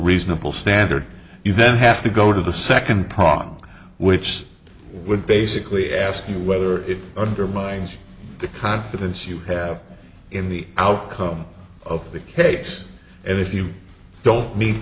reasonable standard you then have to go to the second prong which would basically ask you whether it undermines the confidence you have in the outcome of the case and if you don't meet